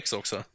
också